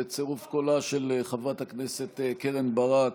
בצירוף קולה של חברת הכנסת קרן ברק,